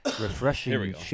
refreshing